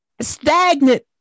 stagnant